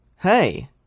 Hey